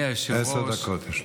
עשר דקות לרשותך.